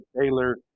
Taylor